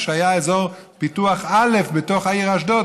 כשהיה אזור פיתוח א' בתוך העיר אשדוד.